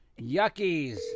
Yuckies